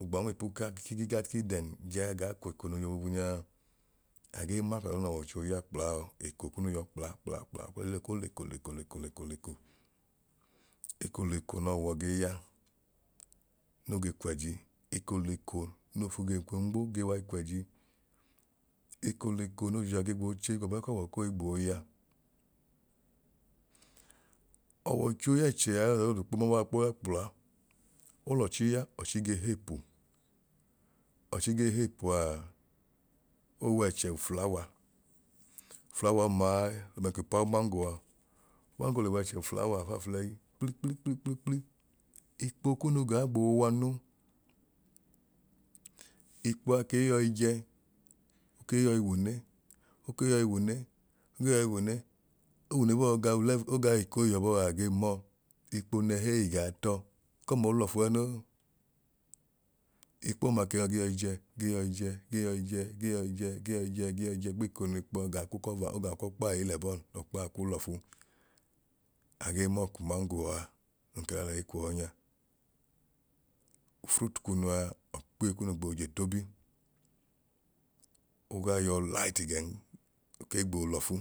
Ogbọọ nmiipu ka kigi ga k'idẹm jaa gaa kweko noo yọ boobu nyaa agee ma k'ọda n'ọwọicho ya kplaa eko kunu yọ kpla kpla kpla olen ko leko leko leko leko leko. Eko leko n'ọọwọ gee ya no ge kwẹji eko leko noofu gee nmo ge wai kwẹji, eko leko no ojuja ge gboo che gbọbu ẹẹ k'ọọwọ koi gboo ya. Ọwọicho y'ẹẹcẹa olọda doodu kpo babọa ya kpla, olọchi ya ọchi ge heepu ọchi gee heepu aa owẹẹchẹ uflower, uflower ọmai ọdan ki paa umango a umango le bẹchẹ uflower afaafuleyi kpli kpli kpli kpli kpli ikpo kunu gaa gboo wanu ikpo a kei yọi je okei yọi nwune okee yọi nwune okee yọi nwune onwune bọọa ogau lẹv oga eko eyi yẹbọọ a agee mọọ ikpo nẹhẹ eyi gaa tọọ ekọma olọfu ẹnoo ikpo ọma ke yọ ge yọi jẹ ge yọi jẹ ge yọi jẹ ge yọi jẹ gbeeko n'ikpo a gaa ku kọva ogaa kwọkpa eyi lẹ bọọ nọọkpa ku lọfu agee mọọ ku mango aa nun kẹla lẹyi kwọọ nya fruit kunu a ọkpiye kunu a gboo je tobi ogaa yọ ligthi gẹn okei gboo lọfu